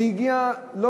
זה לא הגיע מהאוויר,